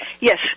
Yes